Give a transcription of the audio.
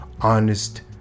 honest